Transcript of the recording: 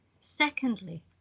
Secondly